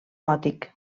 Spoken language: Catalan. gòtic